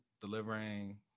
delivering